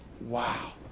Wow